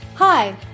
Hi